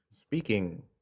speaking